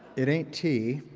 it ain't tea.